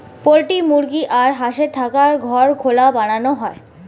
poultry মুরগি আর হাঁসের থাকার ঘর খোলা বানানো হয়